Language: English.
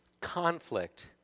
Conflict